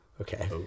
Okay